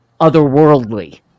otherworldly